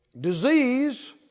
disease